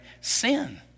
sin